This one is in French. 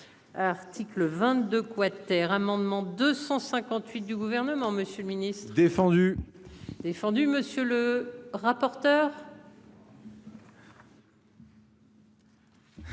Article. Le 22 quater amendement 258 du gouvernement, Monsieur le Ministre défendu. Défendu monsieur le rapporteur.